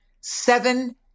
seven